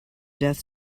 death